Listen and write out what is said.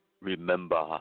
remember